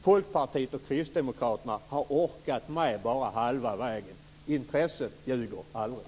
Folkpartiet och Kristdemokraterna har bara orkat med halva vägen. Intresset ljuger aldrig.